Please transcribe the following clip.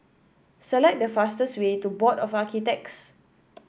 select the fastest way to Board of Architects